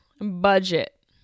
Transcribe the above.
Budget